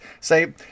say